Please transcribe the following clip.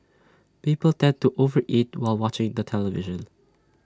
people tend to over eat while watching the television